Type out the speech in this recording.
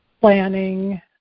planning